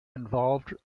involved